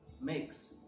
makes